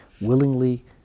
willingly